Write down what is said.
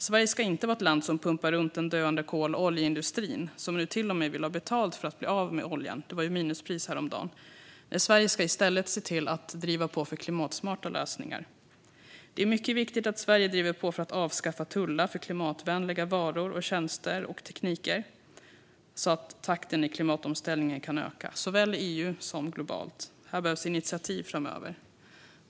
Sverige ska inte vara ett land som pumpar runt den döende kol och oljeindustrin, som nu till och med vill ha betalt för att bli av med oljan; det var ju minuspris häromdagen. Sverige ska i stället se till att driva på för klimatsmarta lösningar. Det är mycket viktigt att Sverige driver på för att avskaffa tullar för klimatvänliga varor, tjänster och tekniker så att takten i klimatomställningen kan öka, såväl i EU som globalt. Här behövs initiativ framöver.